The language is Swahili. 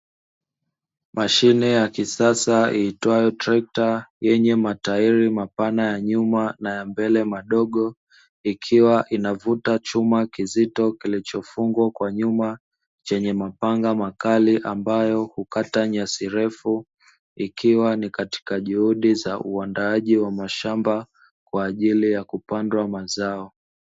Mashine ya kisasa iitwayo trekta yenye matairi mapana ya nyuma na ya mbele madogo, ikiwa inavuta chuma kizito kilichofungwa kwa nyuma, chenye mapanga makali ambayo hukata nyasi refu, ikiwa ni katika juhudi za uandaaji wa mashamba, kwa ajili ya kupandwa mazao.